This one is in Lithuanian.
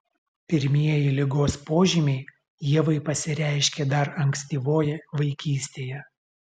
pirmieji ligos požymiai ievai pasireiškė dar ankstyvoje vaikystėje